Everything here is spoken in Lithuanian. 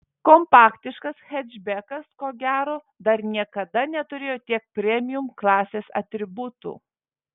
kompaktiškas hečbekas ko gero dar niekada neturėjo tiek premium klasės atributų